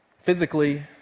Physically